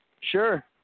Sure